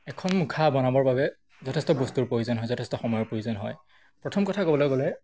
এখন মুখা বনাবৰ বাবে যথেষ্ট বস্তুৰ প্ৰয়োজন হয় যথেষ্ট সময়ৰ প্ৰয়োজন হয় প্ৰথম কথা ক'বলৈ গ'লে